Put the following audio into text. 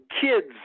kids